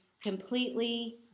completely